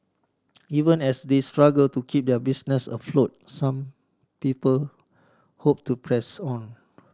even as they struggle to keep their businesses afloat some people hope to press on